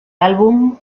álbum